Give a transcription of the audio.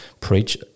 preach